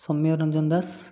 Soumyaranjan Das